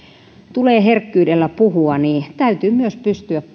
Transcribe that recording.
tulee herkkyydellä puhua täytyy myös pystyä